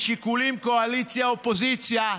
משיקולים של קואליציה אופוזיציה,